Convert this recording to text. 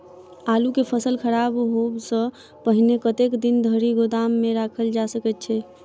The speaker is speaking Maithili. आलु केँ फसल खराब होब सऽ पहिने कतेक दिन धरि गोदाम मे राखल जा सकैत अछि?